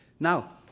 now,